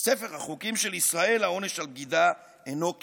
ובספר החוקים של ישראל העונש על בגידה אינו כלא.